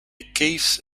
case